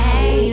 Hey